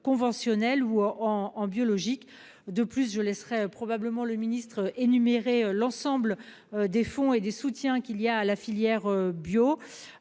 conventionnels ou en en biologique de plus je laisserai probablement le ministre-énumérer l'ensemble des fonds et des soutiens qu'il y a à la filière bio.